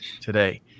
today